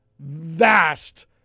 vast